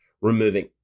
Removing